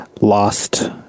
lost